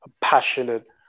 passionate